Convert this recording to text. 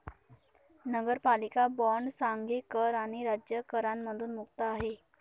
नगरपालिका बॉण्ड सांघिक कर आणि राज्य करांमधून मुक्त आहे